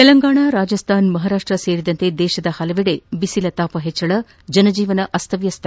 ತೆಲಂಗಾಣ ರಾಜಸ್ಥಾನ ಮಹಾರಾಷ್ಟ ಸೇರಿದಂತೆ ದೇಶದ ಹಲಕಡೆ ಬಿಸಿಲ ತಾಪ ಹೆಚ್ಚಳ ಜನಜೀವನ ಅಸ್ತವ್ಯಸ್ತ